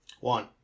One